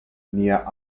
near